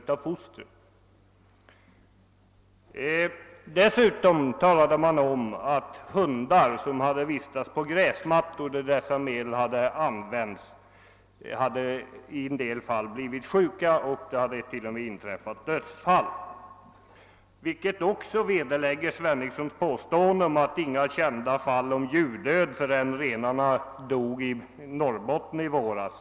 Man uppgav också att hundar som vistats på gräsmattor besprutade med dessa medel hade insjuknat — ja, t.o.m. dött. Detta vederlägger ju herr Henningssons påstående att inga fall av djurdöd var kända förrän en del renar i Norrbotten dog i våras.